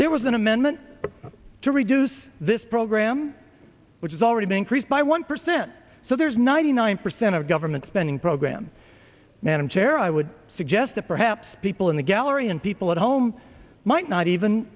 there was an amendment to reduce this program which is already increased by one percent so there's ninety nine percent of government spending program manager i would suggest that perhaps people in the gallery and people at home might not even